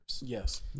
yes